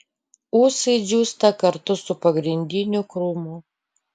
ūsai džiūsta kartu su pagrindiniu krūmu